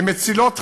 הן מצילות חיים,